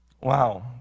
wow